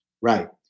Right